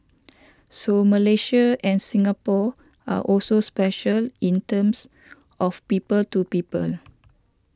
so Malaysia and Singapore are also special in terms of people to people